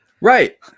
Right